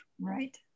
Right